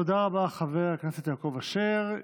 תודה רבה, חבר הכנסת יעקב אשר.